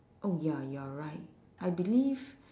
oh ya you're right I believe